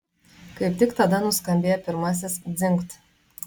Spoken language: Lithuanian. kaip tik tada nuskambėjo pirmasis dzingt